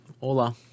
Hola